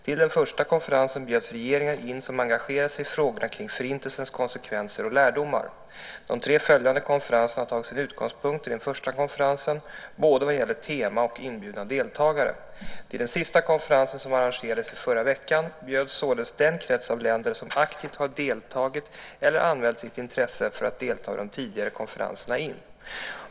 Till den första konferensen bjöds regeringar in som engagerat sig i frågorna kring Förintelsens konsekvenser och lärdomar. De tre följande konferenserna har tagit sin utgångspunkt i den första konferensen - både vad gäller tema och inbjudna deltagare. Till den sista konferensen som arrangerades i förra veckan bjöds således den krets av länder som aktivt har deltagit eller anmält sitt intresse för att delta vid de tidigare konferenserna in.